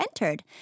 entered